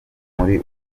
muri